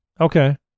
Okay